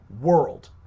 world